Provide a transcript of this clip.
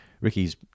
Ricky's